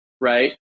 right